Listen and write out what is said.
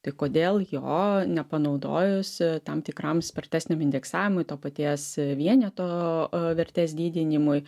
tai kodėl jo nepanaudojus tam tikram spartesniam indeksavimui to paties vieneto vertės didinimui